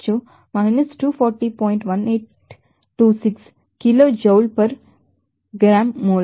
826 kilo Joule per gram mole